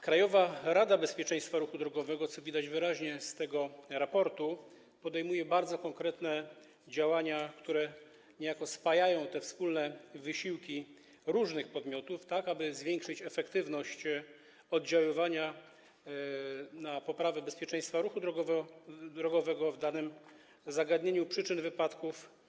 Krajowa Rada Bezpieczeństwa Ruchu Drogowego, co widać wyraźnie na podstawie tego raportu, podejmuje bardzo konkretne działania, które niejako spajają te wspólne wysiłki różnych podmiotów, tak aby zwiększyć efektywność oddziaływania na poprawę bezpieczeństwa ruchu drogowego w danym zagadnieniu przyczyn wypadków.